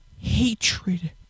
hatred